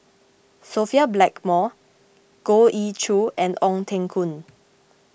Sophia Blackmore Goh Ee Choo and Ong Teng Koon